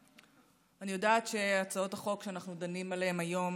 אני יודעת שהצעות החוק שאנחנו דנים עליהן היום